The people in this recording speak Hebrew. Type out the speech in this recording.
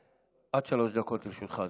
בעיניי,